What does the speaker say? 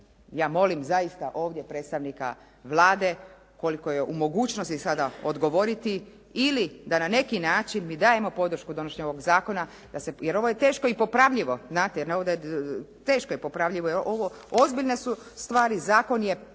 ja molim ovdje zaista predstavnika Vlade koliko je u mogućnosti sada odgovoriti ili da na neki način mi dajemo podršku donošenjem ovog zakona, jer ovo je teško i popravljivo. Znate teško je